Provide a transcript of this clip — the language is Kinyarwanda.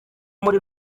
muri